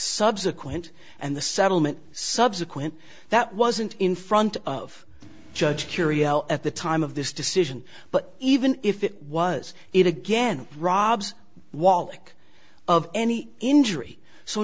subsequent and the settlement subsequent that wasn't in front of judge curio at the time of this decision but even if it was it again robs wallach of any injury so